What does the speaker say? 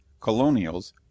Colonials